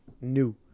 new